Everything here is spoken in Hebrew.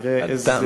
תראה איזה דיוק.